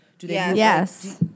Yes